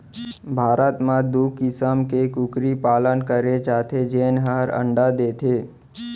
भारत म दू किसम के कुकरी पालन करे जाथे जेन हर अंडा देथे